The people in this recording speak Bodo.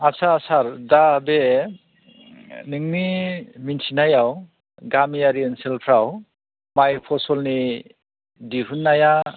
आतसा सार दा बे नोंनि मिथिनायाव गामियारि ओनसोलावफ्राव माय फसलनि दिहुननाया